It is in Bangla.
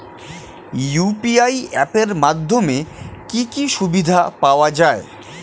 ইউ.পি.আই অ্যাপ এর মাধ্যমে কি কি সুবিধা পাওয়া যায়?